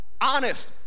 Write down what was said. Honest